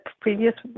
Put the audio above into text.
previous